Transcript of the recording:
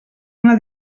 una